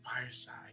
fireside